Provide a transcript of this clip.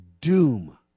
doom